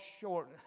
short